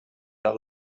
dalt